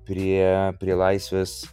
prie prie laisvės